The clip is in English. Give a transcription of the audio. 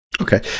Okay